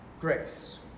grace